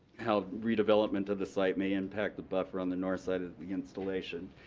how redevelopment of the site may impact the buffer on the north side of the installation,